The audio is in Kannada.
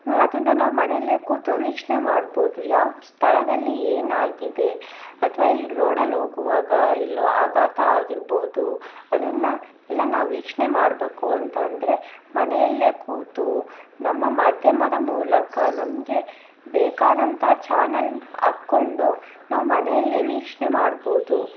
ಅದನ್ನ ನಾವು ಮನೆಯಲ್ಲೇ ಕೂತು ವೀಕ್ಷಣೆ ಮಾಡ್ಬೌದು ಯಾವ ಸ್ಥಳದಲ್ಲಿ ಏನಾಗಿದೆ ಅಥವಾ ಇಲ್ಲಿ ರೋಡಲ್ಲಿ ಹೋಗುವಾಗ ಎಲ್ಲೋ ಆಘಾತ ಆಗಿರ್ಬೋದು ಅದನ್ನ ಎಲ್ಲ ನಾವು ವೀಕ್ಷಣೆ ಮಾಡ್ಬೇಕು ಅಂತ ಅಂದರೆ ಮನೆಯಲ್ಲೇ ಕೂತು ನಮ್ಮ ಮಾಧ್ಯಮದ ಮೂಲಕ ನಮಗೆ ಬೇಕಾದಂಥ ಛಾನಲ್ ಹಾಕ್ಕೊಂಡು ನಾವು ಮನೆಯಲ್ಲೇ ವೀಕ್ಷಣೆ ಮಾಡ್ಬೌದು